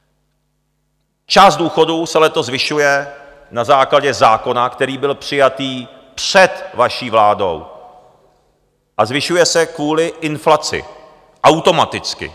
Část důchodů se letos zvyšuje na základě zákona, který byl přijatý před vaší vládou, a zvyšuje se kvůli inflaci automaticky.